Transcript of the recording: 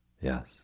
Yes